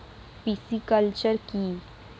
Pisciculture কি?